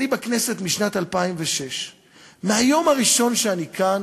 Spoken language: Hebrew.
אני בכנסת משנת 2006. מהיום הראשון שאני כאן,